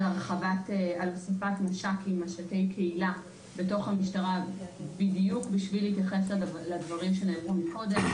הוספת מש"קי קהילה בתוך המשטרה בשביל להתייחס לדברים שנאמרו קודם,